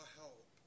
help